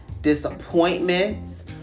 disappointments